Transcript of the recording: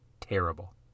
Terrible